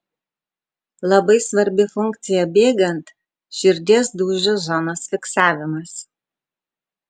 labai svarbi funkcija bėgant širdies dūžių zonos fiksavimas